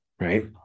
right